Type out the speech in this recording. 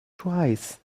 twice